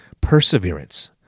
Perseverance